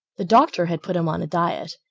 the doctor had put him on a diet,